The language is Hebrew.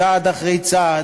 צעד אחרי צעד,